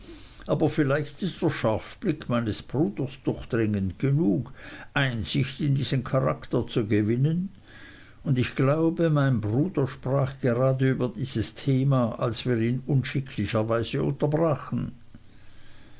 aber vielleicht ist der scharfblick meines bruders durchdringend genug einsicht in diesen charakter zu gewinnen und ich glaube mein bruder sprach gerade über dieses thema als wir ihn unschicklicherweise unterbrachen